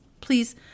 please